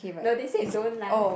no they said don't laugh